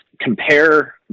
Compare